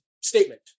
statement